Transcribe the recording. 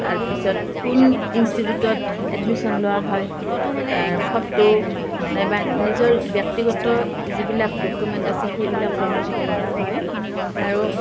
তাৰ পিছত কোন ইনষ্টিটিউটত এডমিছন লোৱা হয় তাৰ ফটো নাইবা নিজৰ ব্যক্তিগত যিবিলাক ডকুমেন্ট আছে সেইবিলাক জমা দিব লগা হয় আৰু